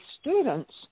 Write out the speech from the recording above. students